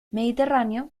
mediterráneo